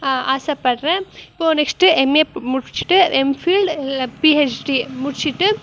ஆசைப்பட்றேன் இப்போது next MA முடிச்சுட்டு எம்பில்டு பிஹச்டி முடிச்சுட்டு